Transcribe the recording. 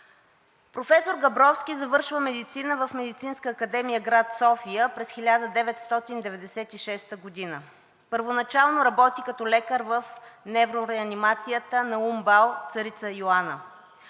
Професор Габровски завършва медицина в Медицинска академия – град София, през 1996 г. Първоначално работи като лекар в неврореанимацията на УМБАЛ „Царица Йоанна“.